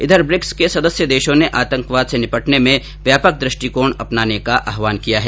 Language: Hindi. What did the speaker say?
इधर ब्रिक्स के सदस्य देशों ने आतंकवाद से निपटने में व्यापक दु ष्टिकोण अपनाने का आहवान किया है